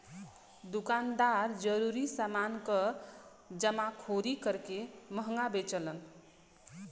दुकानदार जरूरी समान क जमाखोरी करके महंगा बेचलन